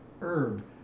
herb